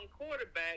quarterback